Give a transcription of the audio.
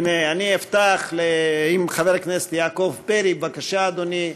אפתח עם חבר הכנסת יעקב פרי, בבקשה, אדוני.